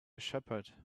shepherd